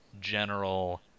general